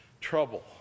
trouble